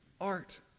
art